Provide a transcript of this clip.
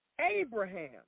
Abraham